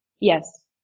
Yes